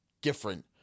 different